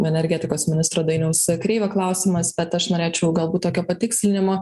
energetikos ministro dainiaus kreivio klausimas bet aš norėčiau galbūt tokio patikslinimo